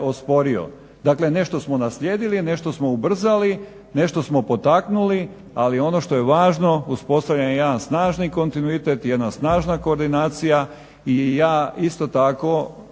osporio. Dakle, nešto smo naslijedili, nešto smo ubrzali, nešto smo potaknuli ali ono što je važno uspostavljen je jedan snažni kontinuitet, jedna snažna koordinacija i ja isto tako